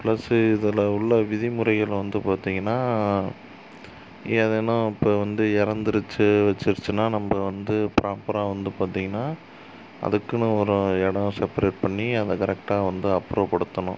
plus இதில் உள்ள விதிமுறைகளும் வந்து பார்த்திங்கனா ஏதான இப்போ வந்து இறந்துருச்சு வச்சுருச்சுனா நம்ம வந்து ப்ராப்பராக வந்து பார்த்திங்கனா அதுக்குனு ஒரு இடம் செப்ரேட் பண்ணி அதை கரெக்டாக வந்து அப்புறப்படுத்தணும்